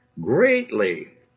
Greatly